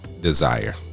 desire